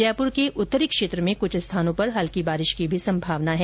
जयपुर के उत्तरी क्षेत्र में कुछ स्थानों पर हल्की बारिश होने की भी संभावना है